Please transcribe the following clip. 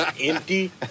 empty